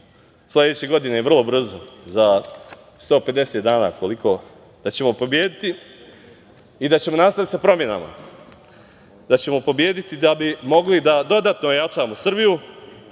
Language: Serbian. sledeće godine vrlo brzo, za 150 dana, da ćemo pobediti i da ćemo nastaviti sa promenama. Da ćemo pobediti da bi mogli da dodatno ojačamo Srbiju